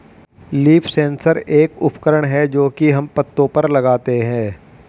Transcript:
leaf sensor एक उपकरण है जो की हम पत्तो पर लगाते है